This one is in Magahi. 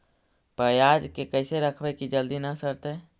पयाज के कैसे रखबै कि जल्दी न सड़तै?